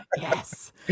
Yes